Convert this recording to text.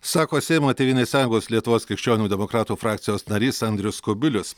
sako seimo tėvynės sąjungos lietuvos krikščionių demokratų frakcijos narys andrius kubilius